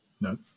No